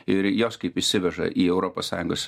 ir jos kaip įsiveža į europos sąjungos